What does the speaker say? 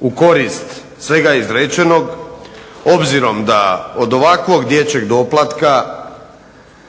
u korist svega izrečenog, obzirom da od ovakvog dječjeg doplatka